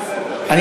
לסדר.